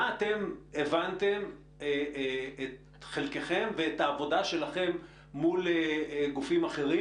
איך אתם הבנתם את חלקכם ואת העבודה שלכם מול גופים אחרים?